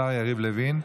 השר יריב לוין.